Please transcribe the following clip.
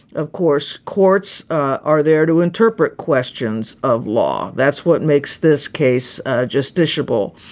of course, courts are there to interpret questions of law. that's what makes this case justiciable.